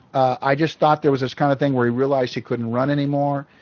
i just thought there was this kind of thing where he realized he couldn't run anymore.